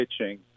pitching